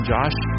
Josh